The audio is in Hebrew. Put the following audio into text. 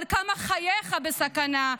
כמה חייך בסכנה.